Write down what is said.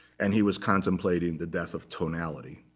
and he was contemplating the death of tonality,